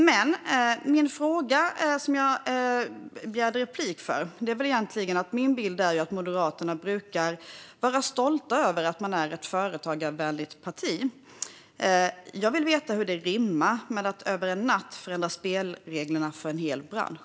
Det som gjorde att jag begärde replik är att min bild är att Moderaterna brukar vara stolta över att man är ett företagarvänligt parti, och jag vill veta hur det rimmar med att över en natt förändra spelreglerna för en hel bransch.